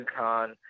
UConn